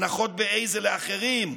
הנחות בה"א זה לאחרים,